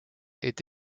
est